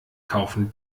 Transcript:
kaufen